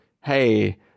hey